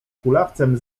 kulawcem